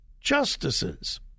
justices